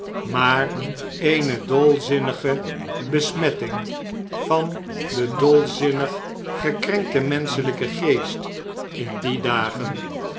maar eene dolzinnige besmetting van den dolzinnig gekrenkten menscheljjken geest in die dagen